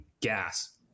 gas